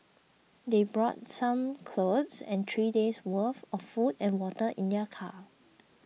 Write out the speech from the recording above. they brought some clothes and three days' worth of food and water in their car